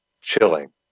chilling